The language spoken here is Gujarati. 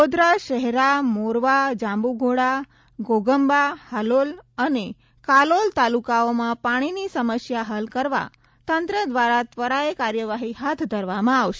ગોધરા શહેરા મોરવા જાંબુઘોડા ઘોંઘબા હાલોલ અને કાલોલ તાલુકાઓમાં પાણીની સમસ્યા હલ કરવા તંત્ર દ્વારા ત્વરાએ કાર્યવાહી હાથ ધરાશે